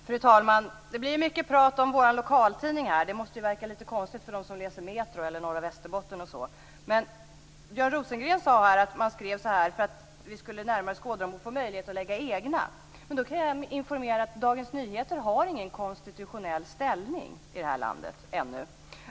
Fru talman! Det blir mycket prat om vår lokaltidning. Det måste verka lite konstigt för dem som läser Björn Rosengren sade att man skrivit som man gjort därför att vi skulle kunna skåda förslagen och få möjlighet att lägga fram egna. Då kan jag informera om att Dagens Nyheter inte har någon konstitutionell ställning i detta land ännu.